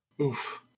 Oof